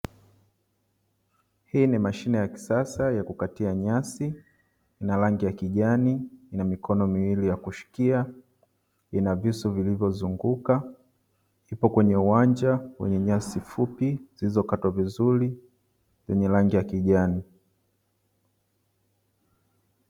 Hii ni mashine ya kisasa ya kukatia nyasi, ina rangi ya kijani ina mikono miwili ya kushikia, ina visu vilivyo zunguka, kipo kwenye uwanja wa nyasi fupi zilizokatwa vizuri, zenye rangi ya kijani.